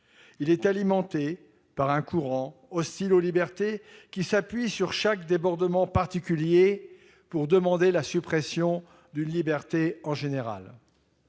Il est alimenté par un courant hostile aux libertés qui s'appuie sur chaque débordement particulier pour demander la suppression d'une liberté générale.